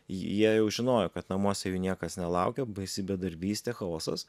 jie jau žinojo kad namuose jų niekas nelaukia baisi bedarbystė chaosas